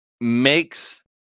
makes